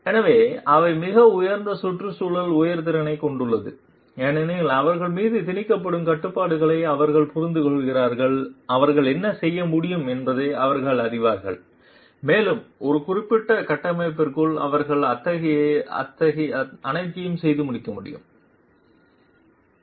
எனவே அவை மிக உயர்ந்த சுற்றுச்சூழல் உணர்திறனைக் கொண்டுள்ளன ஏனெனில் அவர்கள் மீது திணிக்கப்படும் கட்டுப்பாடுகளை அவர்கள் புரிந்துகொள்கிறார்கள் அவர்கள் என்ன செய்ய முடியும் என்பதை அவர்கள் அறிவார்கள் மேலும் ஒரு குறிப்பிட்ட கட்டமைப்பிற்குள் அவர்களால் அனைத்தையும் செய்ய முடியாது